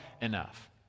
enough